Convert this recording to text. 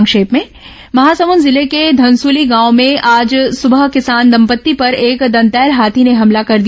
संक्षिप्त समाचार महासमुंद जिले के धनसूली गांव में आज सूबह किसान दंपत्ति पर एक दंतैल हाथी ने हमला कर दिया